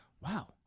wow